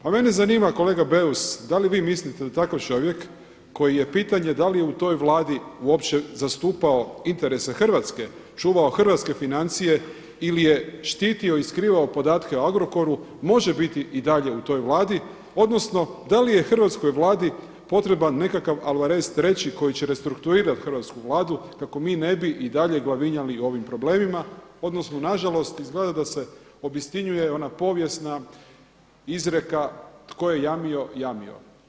Pa mene zanima kolega Beus da li vi mislite da takav čovjek koji je pitanje da li je u toj Vladi uopće zastupao interese Hrvatske, čuvao hrvatske financije ili je štitio i skrivao podatke u Agrokoru može biti i dalje u toj Vladi odnosno da li je hrvatskoj Vladi potreban nekakav Alvarez III koji će restrukturirati hrvatsku Vladu kako mi ne bi i dalje glavinjali ovim problemima odnosno nažalost izgleda da se obistinjuje ona povijesna izreka, tko je jamio, jamio.